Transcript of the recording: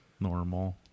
normal